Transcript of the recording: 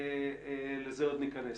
לזה עוד ניכנס.